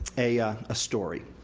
a ah story.